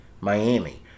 Miami